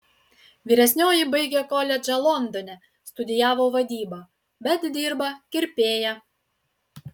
vyresnioji baigė koledžą londone studijavo vadybą bet dirba kirpėja